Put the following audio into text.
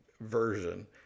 version